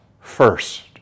first